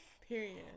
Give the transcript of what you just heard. Period